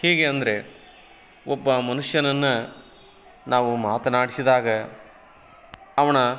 ಹೀಗೆ ಅಂದರೆ ಒಬ್ಬ ಮನುಷ್ಯನನ್ನು ನಾವು ಮಾತನಾಡಿಸಿದಾಗ ಅವ್ನ